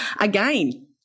again